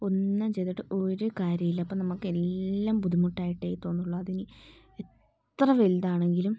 ഒന്നും ചെയ്തിട്ട് ഒരു കാര്യവും ഇല്ല അപ്പം നമുക്ക് എല്ലം ബുദ്ധിമുട്ടായിട്ടേ തോന്നുള്ളൂ അതിനി എത്ര വലുതാണെങ്കിലും